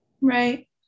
Right